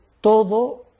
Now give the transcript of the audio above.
todo